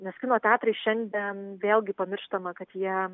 nes kino teatrai šiandien vėlgi pamirštama kad jie